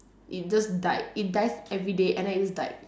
it just died it dies every day and it's died